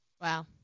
Wow